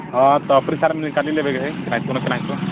हँ तऽ एहि बेरी फॉर्म निकालिए लेबै केनाहितो ने केनाहितो